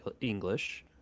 English